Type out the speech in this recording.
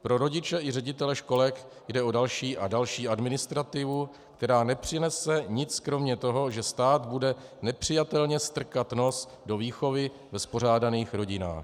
Pro rodiče i ředitele školek jde o další a další administrativu, která nepřinese nic kromě toho, že stát bude nepřijatelně strkat nos do výchovy ve spořádaných rodinách.